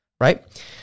right